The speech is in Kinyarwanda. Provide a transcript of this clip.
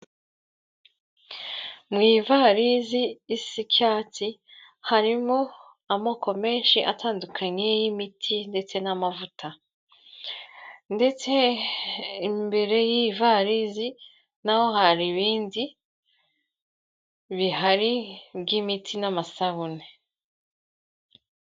Mu ivarizi isa icyatsi harimo amoko menshi atandukanye y'imiti ndetse n'amavuta, ndetse imbere y'ivarizi na ho hari ibindi bihari by'imiti n'amasabune.